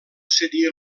seria